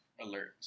alert